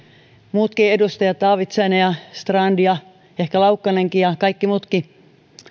muutkin edustajat taavitsainen ja strand ja ehkä laukkanenkin ja kaikki muutkin